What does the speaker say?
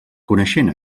coneixent